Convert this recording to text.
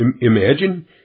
Imagine